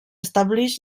establix